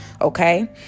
Okay